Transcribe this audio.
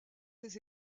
ses